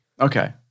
Okay